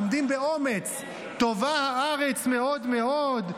עומדים באומץ: "טובה הארץ מאֹד מאֹד",